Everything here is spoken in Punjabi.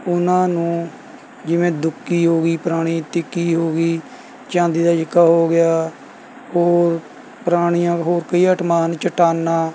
ਉਨ੍ਹਾਂ ਨੂੰ ਜਿਵੇਂ ਦੁੱਕੀ ਹੋ ਗਈ ਪੁਰਾਣੀ ਤਿੱਕੀ ਹੋ ਗਈ ਚਾਂਦੀ ਦਾ ਸਿੱਕਾ ਹੋ ਗਿਆ ਹੋਰ ਪੁਰਾਣੀਆਂ ਹੋਰ ਕਈ ਆਈਟਮਾਂ ਹਨ ਚਟਾਨਾਂ